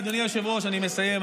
אדוני היושב-ראש, אני מסיים.